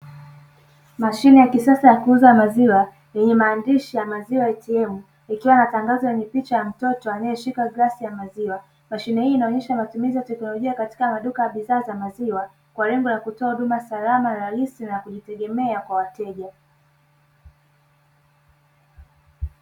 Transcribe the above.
Mashine ya kisasa ya kuuza maziwa yenye maandishi ya "maziwa ATM", ikiwa na tangazo ni picha ya mtoto aliyeshika glasi ya maziwa mashine, hii inaonyesha matumizi ya teknolojia katika maduka ya bidhaa za maziwa kwa lengo la kutoa huduma salama halisi na kujitegemea kwa wateja.